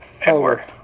Edward